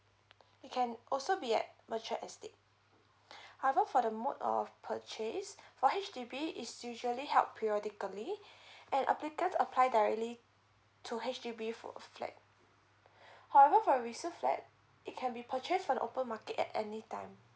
it can also be at mature estate however for the mode of purchase for H_D_B it's usually held periodically and applicants apply directly to H_D_B for flat however for resale flat it can be purchased from the open market at any time